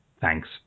Thanks